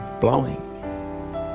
blowing